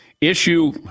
issue